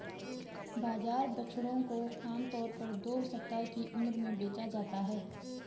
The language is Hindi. बाजार बछड़ों को आम तौर पर दो सप्ताह की उम्र में बेचा जाता है